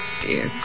Dear